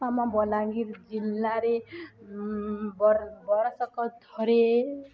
ଆମ ବଲାଙ୍ଗୀର ଜିଲ୍ଲାରେ ବ ବର୍ଷକ ଥରେ